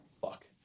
Fuck